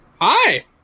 hi